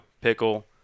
pickle